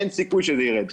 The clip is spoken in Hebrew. אין סיכוי שזה יירד.